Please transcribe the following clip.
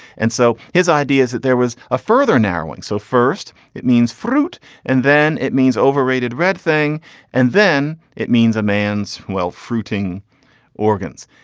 and so his idea is that there was a further narrowing. so first it means fruit and then it means overrated red thing and then it means a man's well fruiting organs.